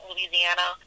Louisiana